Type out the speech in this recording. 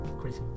crazy